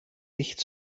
nicht